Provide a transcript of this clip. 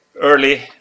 early